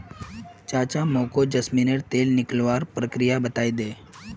चाचा मोको जैस्मिनेर तेल निकलवार प्रक्रिया बतइ दे